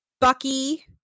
Bucky